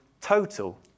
total